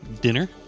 dinner